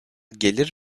gelir